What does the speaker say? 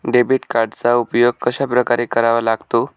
Debit कार्डचा उपयोग कशाप्रकारे करावा लागतो?